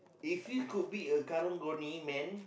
if you could be a karang-guni man